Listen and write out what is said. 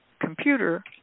computer